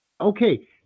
Okay